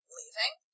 leaving